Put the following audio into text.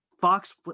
fox